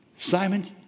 Simon